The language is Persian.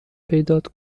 پیدات